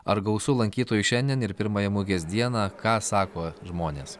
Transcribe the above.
ar gausu lankytojų šiandien ir pirmąją mugės dieną ką sako žmonės